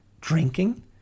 drinking